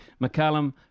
McCallum